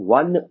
one